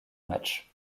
match